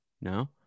no